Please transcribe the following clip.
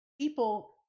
People